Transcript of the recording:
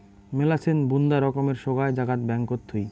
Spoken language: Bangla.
মেলাছেন বুন্দা রকমের সোগায় জাগাত ব্যাঙ্কত থুই